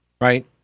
right